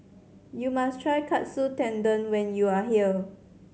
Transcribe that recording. you must try Katsu Tendon when you are here